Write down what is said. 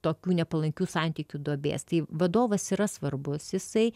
tokių nepalankių santykių duobės tai vadovas yra svarbus jisai